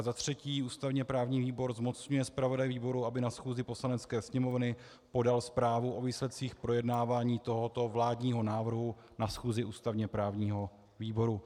Za třetí ústavněprávní výbor zmocňuje zpravodaje výboru, aby na schůzi Poslanecké sněmovny podal zprávu o výsledcích projednávání tohoto vládního návrhu na schůzi ústavněprávního výboru.